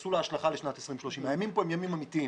שעשו לה השלכה לשנת 203. הימים כאן הם ימים אמיתיים